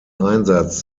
einsatz